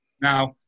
Now